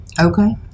okay